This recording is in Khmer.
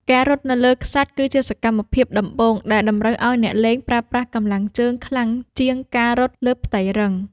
ការរត់នៅលើខ្សាច់គឺជាសកម្មភាពដំបូងដែលតម្រូវឱ្យអ្នកលេងប្រើប្រាស់កម្លាំងជើងខ្លាំងជាងការរត់លើផ្ទៃរឹង។